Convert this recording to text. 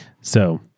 So-